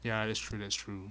ya that's true that's true